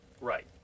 right